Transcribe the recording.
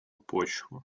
почву